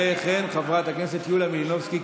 וגם אני מתנגדת.